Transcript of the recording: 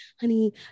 honey